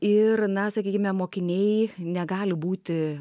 ir na sakykime mokiniai negali būti